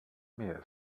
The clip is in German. mir